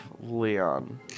Leon